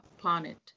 planet